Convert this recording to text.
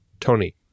Tony